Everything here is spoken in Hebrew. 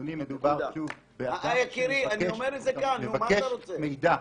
אדוני אני מבקש על מבקש מידע.